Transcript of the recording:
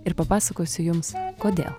ir papasakosiu jums kodėl